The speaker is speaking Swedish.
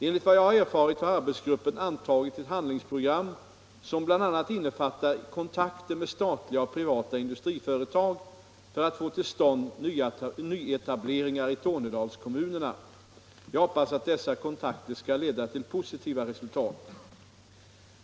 Enligt vad jag har erfarit har arbetsgruppen antagit ett handlingsprogram som bl.a. innefattar kontakter med statliga och privata industriföretag för att få till stånd nyetableringar i Tornedalskommunerna. Jag vill att dessa kontakter skall leda till positiva resultat.